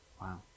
Wow